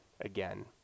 again